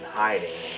hiding